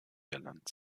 irland